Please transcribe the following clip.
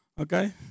Okay